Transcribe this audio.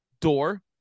door